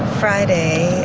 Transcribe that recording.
friday.